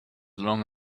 along